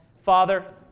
Father